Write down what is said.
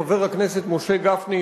וחבר הכנסת משה גפני,